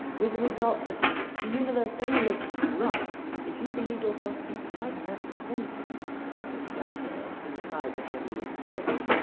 with the result that the universe only looks right if you believe yourself to be right at the centre of this flat earth inside the heavenly sphere.